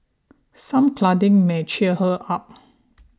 some cuddling may cheer her up